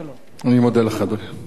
אני מודה לך, אדוני.